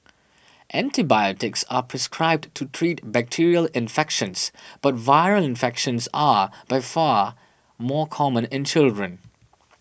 antibiotics are prescribed to treat bacterial infections but viral infections are by far more common in children